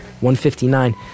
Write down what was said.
159